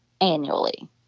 annually